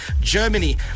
Germany